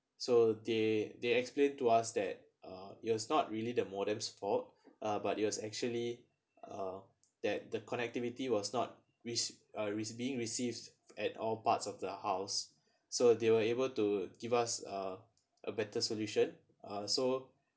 so they they explained to us that uh it was not really the modem's fault uh but it was actually uh that the connectivity was not rec~ uh rec~ being received at all parts of the house so they were able to give us a a better solution uh so